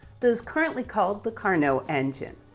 that is currently called the carnot engine,